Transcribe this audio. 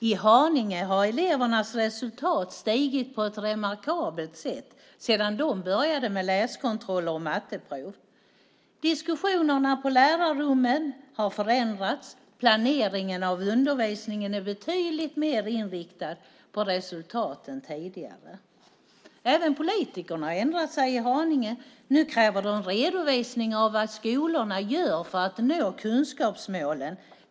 I Haninge har elevernas resultat stigit på ett remarkabelt sätt sedan de började med läskontroller och matteprov. Diskussionerna på lärarrummen har förändrats. Planeringen av undervisningen är betydligt mer inriktad på resultat än tidigare. Även politikerna har ändrat sig i Haninge. Nu kräver de redovisning av vad skolorna gör för att nå kunskapsmålen.